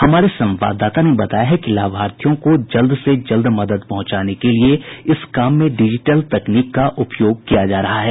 हमारे संवाददाता ने बताया है कि लाभार्थियों को जल्द से जल्द मदद पहुंचाने के लिए इस काम में डिजिटल तकनीक का उपयोग किया जा रहा है